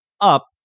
up